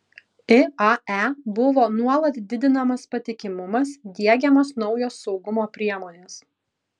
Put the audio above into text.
iae buvo nuolat didinamas patikimumas diegiamos naujos saugumo priemonės